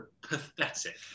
pathetic